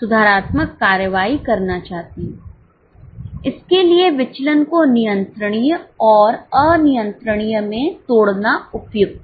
सुधारात्मक कार्रवाई करना चाहते हैं इसके लिए विचलन को नियंत्रणीय और अनियंत्रणीय में तोड़ना उपयुक्त है